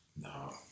No